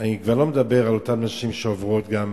ואני כבר לא מדבר על אותן נשים שעוברות גם